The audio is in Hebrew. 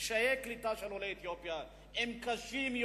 קשיי הקליטה של עולי אתיופיה הם רבים,